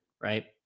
right